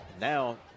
now